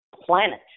planet